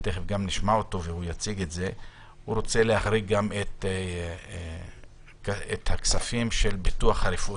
הוא רוצה להחריג גם את הכספים של הביטוח הרפואי.